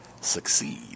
succeed